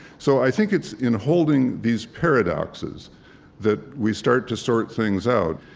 so i think it's in holding these paradoxes that we start to sort things out.